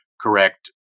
correct